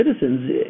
citizens